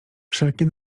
wszelkie